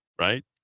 right